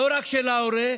לא רק של ההורה,